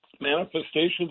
manifestations